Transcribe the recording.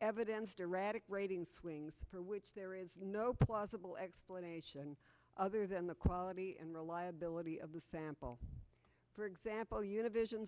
evidence to radek rating swings for which there is no plausible explanation other than the quality and reliability of the sample for example univision